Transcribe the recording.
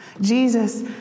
Jesus